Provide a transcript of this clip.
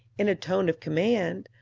in a tone of command,